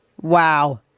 Wow